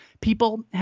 people